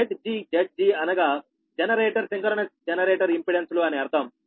Zg Zg అనగా generator synchronous generator impedance లు అని అర్థం